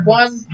one